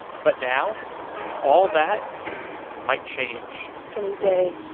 but now all that might change can you say,